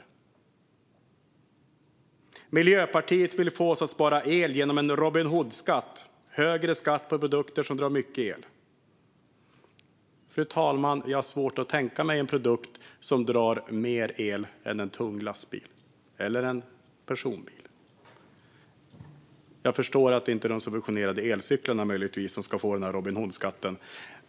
Sedan står det att "Miljöpartiet vill få oss att spara el genom en 'Robin Hood-skatt' - högre skatt på produkter som drar mycket el". Fru talman! Jag har svårt att tänka mig en produkt som drar mer el än en tung lastbil eller en personbil. Jag förstår att det inte är de subventionerade elcyklarna som ska få den här Robin Hood-skatten.